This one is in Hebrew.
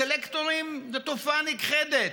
הסלקטורים הם תופעה נכחדת.